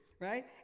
right